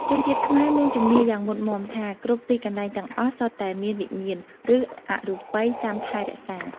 ជនជាតិខ្មែរមានជំនឿយ៉ាងមុតមាំថា គ្រប់ទីកន្លែងទាំងអស់សុទ្ធតែមានវិញ្ញាណ ឬអរូបិយចាំថែរក្សា។